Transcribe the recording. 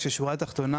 כשבשורה התחתונה,